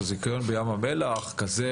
הזיכיון בים המלח קיים